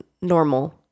normal